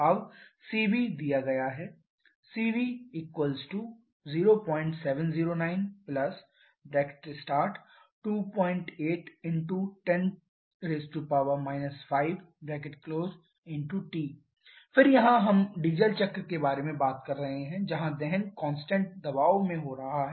अब CV दिया गया है cv07092810 5T फिर यहां हम डीजल चक्र के बारे में बात कर रहे हैं जहां दहन कांस्टेंट दबाव में हो रहा है